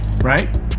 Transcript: right